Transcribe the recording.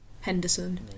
Henderson